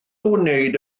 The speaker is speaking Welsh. wneud